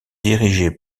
dirigés